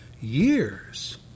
years